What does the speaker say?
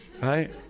right